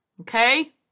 Okay